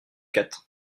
quatre